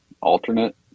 alternate